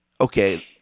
okay